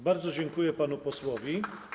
Bardzo dziękuję panu posłowi.